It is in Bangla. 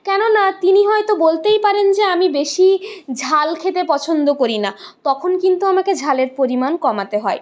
কেননা তিনি হয়তো বলতেই পারেন যে আমি বেশি ঝাল খেতে পছন্দ করি না তখন কিন্তু আমাকে ঝালের পরিমাণ কমাতে হয়